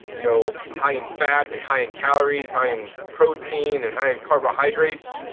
you know, high in fat and high in calories, high in protein and high in carbohydrates,